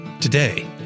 Today